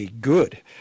good